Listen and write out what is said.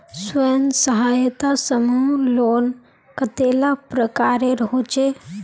स्वयं सहायता समूह लोन कतेला प्रकारेर होचे?